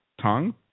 tongue